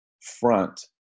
front